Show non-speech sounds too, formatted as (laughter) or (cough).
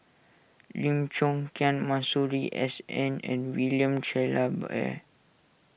Lim Chong (unintelligible) Masuri S N and William (unintelligible)